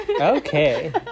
Okay